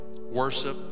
worship